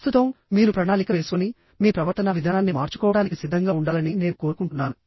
ప్రస్తుతం మీరు ప్రణాళిక వేసుకుని మీ ప్రవర్తనా విధానాన్ని మార్చుకోవడానికి సిద్ధంగా ఉండాలని నేను కోరుకుంటున్నాను